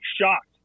shocked